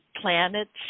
planets